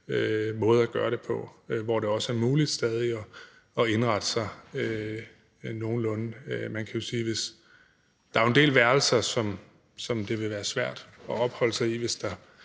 måde at gøre det på, så det også er muligt stadig at indrette sig nogenlunde. Man kan sige, at der er en del værelser, som det ville være svært at opholde sig i, hvis der